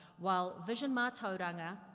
while vision mah-toh-dung-uh,